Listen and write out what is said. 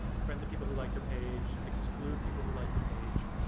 friends of people who like your page, exclude people who like your page,